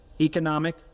economic